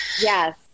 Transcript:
Yes